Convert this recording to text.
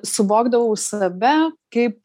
suvokdavau save kaip